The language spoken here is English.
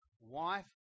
wife